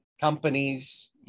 companies